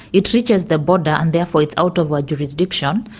it reaches the border and therefore it's out of our jurisdiction.